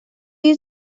you